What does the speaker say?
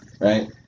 right